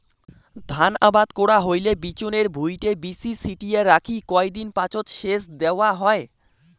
ধান আবাদ করা হইলে বিচনের ভুঁইটে বীচি ছিটিয়া রাখি কয় দিন পাচত সেচ দ্যাওয়া হয়